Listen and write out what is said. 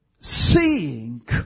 seeing